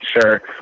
Sure